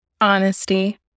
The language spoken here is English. honesty